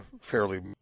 fairly